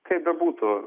kaip bebūtų